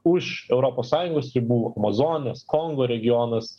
už europos sąjungos ribų amazonės kongo regionas